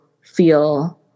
feel